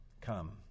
come